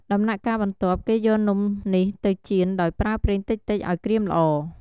ដំណាក់កាលបន្ទាប់ គេយកនំនេះទៅចៀនដោយប្រើប្រេងតិចៗឱ្យក្រៀមល្អ។